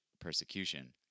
persecution